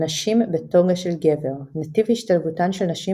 "נשים בטוגה של גבר" נתיב השתלבותן של נשים